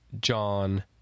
John